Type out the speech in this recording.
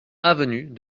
avenue